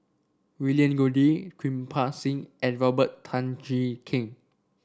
William Goode Kirpal Singh and Robert Tan Jee Keng